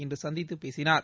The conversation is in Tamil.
இன்று சந்தித்து பேசினார்